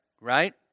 Right